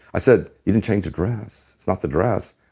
i said, you didn't change the dress. it's not the dress.